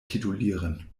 titulieren